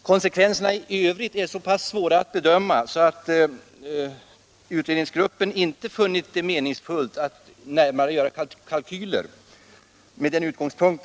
Konsekvenserna i övrigt är så pass svåra att bedöma att utredningsgruppen inte funnit det meningsfullt att göra närmare kalkyler med denna utgångspunkt.